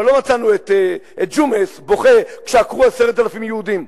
אבל לא מצאנו את ג'ומס בוכה כשעקרו 10,000 יהודים.